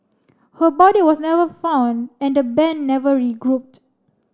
her body was never found and the band never regrouped